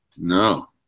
No